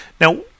Now